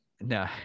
no